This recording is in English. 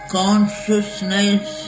consciousness